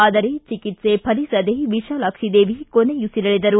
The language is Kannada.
ಆದರೆ ಚಿಕಿತ್ಸೆ ಫಲಿಸದೇ ವಿಶಾಲಾಕ್ಷಿದೇವಿ ಕೊನೆಯುಸಿರೆಳೆದರು